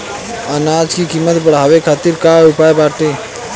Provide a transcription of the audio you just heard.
अनाज क कीमत बढ़ावे खातिर का उपाय बाटे?